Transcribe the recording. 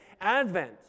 advent